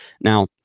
Now